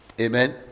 Amen